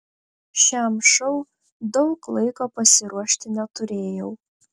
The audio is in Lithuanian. šiam šou daug laiko pasiruošti neturėjau